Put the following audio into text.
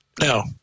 No